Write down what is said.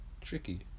tricky